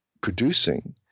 producing